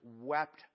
wept